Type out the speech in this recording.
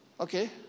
okay